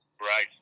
Right